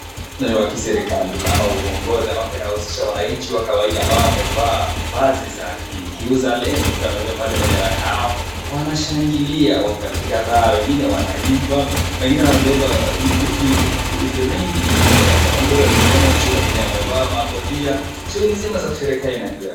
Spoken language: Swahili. Wakiserikali ama wa uongozi amabapo inahusisha wananchi wa kawaida ambao wamevaa baji za kiuzalendo pia wamebeba pale bendera yao wanashangilia wakokatika raha, wengine wanaimba, wengine wanabeba vifirimbi, wengine wanabeba mikono juu, wengine wamevaa makofia, shughuli mzima ya kusherehekea inaendelea.